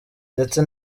ndetse